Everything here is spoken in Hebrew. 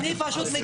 אפשר לומר,